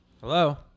Hello